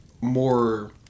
more